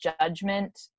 judgment